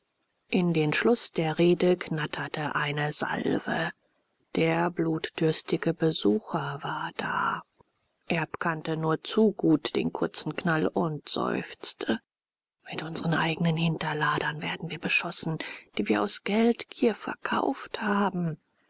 in den schluß der rede knatterte eine salve der blutdürstige besucher war da erb kannte nur zu gut den kurzen knall und seufzte mit unsren eignen hinterladern werden wir beschossen die wir aus geldgier verkauft haben